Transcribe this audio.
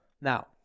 Now